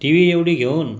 T V एवढी घेऊन